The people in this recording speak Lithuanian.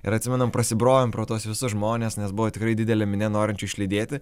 ir atsimenam prasibrovėm pro tuos visus žmones nes buvo tikrai didelė minia norinčių išlydėti